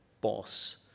boss